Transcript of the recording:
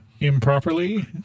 improperly